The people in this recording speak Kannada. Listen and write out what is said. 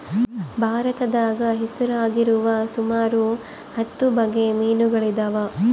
ಭಾರತದಾಗ ಹೆಸರಾಗಿರುವ ಸುಮಾರು ಹತ್ತು ಬಗೆ ಮೀನುಗಳಿದವ